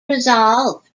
resolved